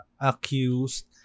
accused